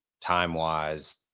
time-wise